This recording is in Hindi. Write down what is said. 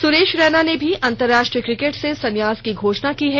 सुरेश रैना ने भी अंतर्राष्ट्रीय क्रिकेट से संन्यास की घोषणा की है